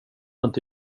inte